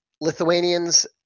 Lithuanians